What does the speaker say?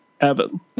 evan